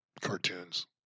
cartoons